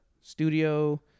studio